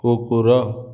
କୁକୁର